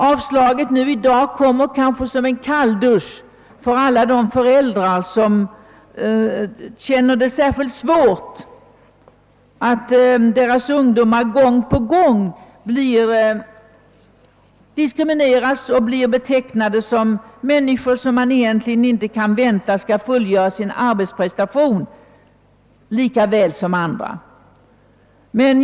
Avslaget i dag kommer kanske som en kalldusch för alla de föräldrar som känner det särskilt svårt att deras ungdomar gång på gång diskrimineras och blir betecknade som människor som man egentligen inte kan vänta skall fullgöra sin arbetsprestation som andra.